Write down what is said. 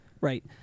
right